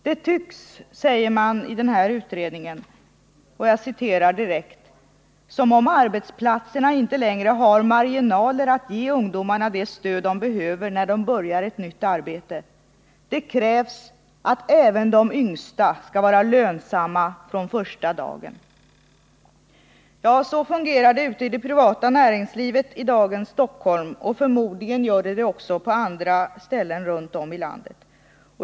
Det tycks, säger man i utredningen, ”som om arbetsplatserna inte längre har marginaler att ge ungdomarna det stöd de behöver när de börjar ett nytt arbete. Det krävs att även de yngsta skall vara lönsamma från första dagen.” Ja, så fungerar det ute i det privata näringslivet i dagens Stockholm och förmodligen också på andra ställen runt om i landet.